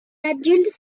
adultes